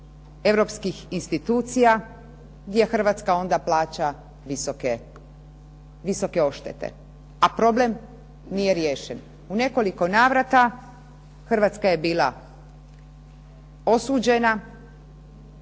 Europskih institucija gdje Hrvatska onda plaća visoke odštete, a problem nije riješen. U nekoliko navrata Hrvatska je bila osuđena